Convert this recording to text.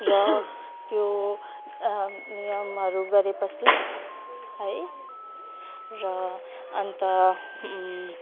र त्यो नियमहरू गरेपछि है र अन्त